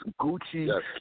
Gucci